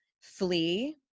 flee